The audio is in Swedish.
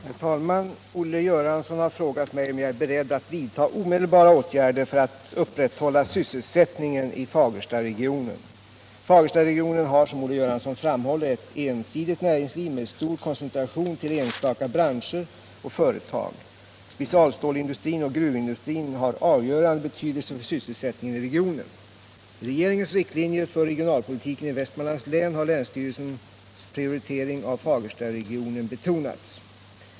Herr talman! Olle Göransson har frågat mig om jag är beredd att vidtaga omedelbara åtgärder för att upprätthålla sysselsättningen i Fagerstaregionen. Fagerstaregionen har, som Olle Göransson framhåller, ett ensidigt näringsliv med stor koncentration till enstaka branscher och företag. Specialstålindustrin och gruvindustrin har avgörande betydelse för sysselsättningen i regionen. I regeringens riktlinjer för regionalpolitiken i Västmanlands län har länsstyrelsens prioritering av Fagerstaregionen betonats.